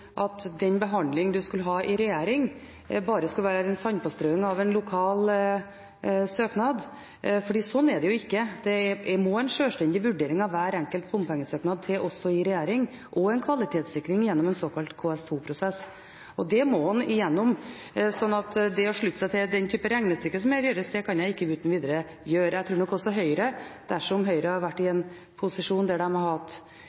den behandling søknaden skal ha i regjering bare skal være en sandpåstrøing av en lokal søknad. Slik er det ikke. Det må en sjølstendig vurdering av hver enkelt bompengesøknad til, også i regjering, og en kvalitetssikring gjennom en såkalt KS2-prosess. Det må en igjennom. Så å slutte seg til et slikt regnestykke, kan jeg ikke uten videre gjøre. Jeg tror nok også Høyre, dersom Høyre hadde vært i en posisjon der de hadde hatt